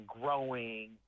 growing